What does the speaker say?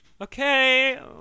Okay